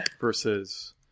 versus